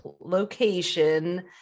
location